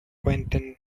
quentin